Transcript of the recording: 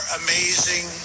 amazing